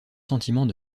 sentiments